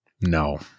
no